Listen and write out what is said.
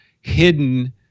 hidden